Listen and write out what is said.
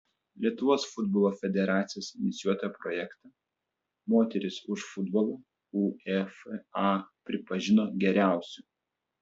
lietuvos futbolo federacijos inicijuotą projektą moterys už futbolą uefa pripažino geriausiu